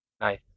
Nice